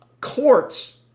courts